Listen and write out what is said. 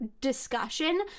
discussion